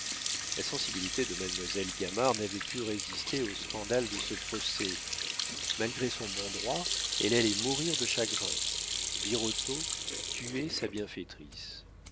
la sensibilité de mademoiselle gamard n'avait pu résister au scandale de ce procès malgré son bon droit elle allait mourir de chagrin birotteau tuait sa bienfaitrice